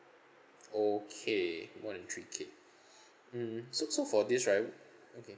okay more than three K mm so so for this right okay